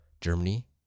Germany